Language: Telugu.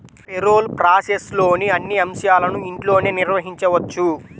పేరోల్ ప్రాసెస్లోని అన్ని అంశాలను ఇంట్లోనే నిర్వహించవచ్చు